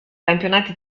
campionati